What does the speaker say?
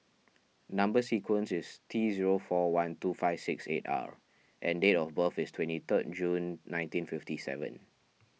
Number Sequence is T zero four one two five six eight R and date of birth is twenty third June nineteen fifty seven